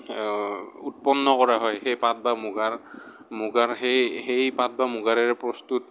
উৎপন্ন কৰা হয় সেই পাট বা মুগাৰ মুগাৰ সেই সেই পাট বা মুগাৰেৰে প্ৰস্তুত